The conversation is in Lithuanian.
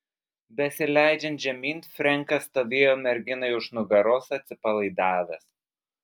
besileidžiant žemyn frenkas stovėjo merginai už nugaros atsipalaidavęs